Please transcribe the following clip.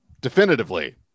definitively